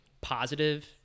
positive